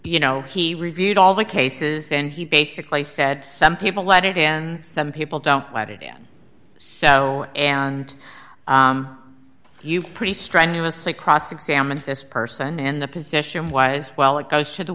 you know he reviewed all the cases and he basically said some people let it and some people don't bite it down so and you pretty strenuously cross examine this person and the position wise well it goes to the